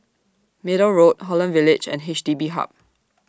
Middle Road Holland Village and H D B Hub